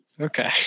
Okay